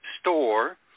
store